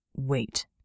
Wait